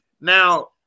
Now